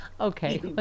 Okay